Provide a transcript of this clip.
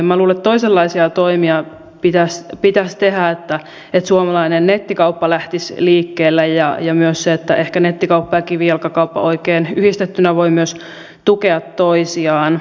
luulen että toisenlaisia toimia pitäisi tehdä että suomalainen nettikauppa lähtisi liikkeelle ja myös että ehkä nettikauppa ja kivijalkakauppa oikein yhdistettynä voivat myös tukea toisiaan